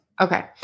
Okay